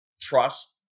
trust